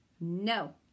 no